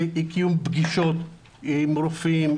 אי קיום פגישות עם רופאים,